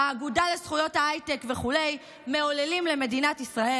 "האגודה לזכויות ההייטק" וכו' מעוללים למדינת ישראל.